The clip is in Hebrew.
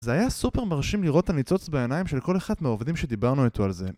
זה היה סופר מרשים לראות את הניצוץ בעיניים של כל אחד מהעובדים שדיברנו איתו על זה.